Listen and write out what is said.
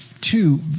Two